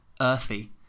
earthy